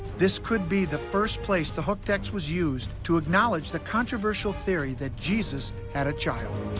this could be the first place the hooked x was used to acknowledge the controversial theory that jesus had a child.